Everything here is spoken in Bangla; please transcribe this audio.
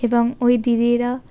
এবং ওই দিদিরা